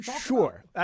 Sure